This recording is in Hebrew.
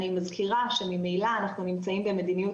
אני מזכירה שממילא אנחנו נמצאים במדיניות